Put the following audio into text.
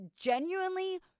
genuinely